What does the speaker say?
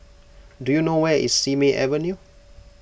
do you know where is Simei Avenue